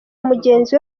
mugenzi